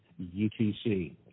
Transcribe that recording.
UTC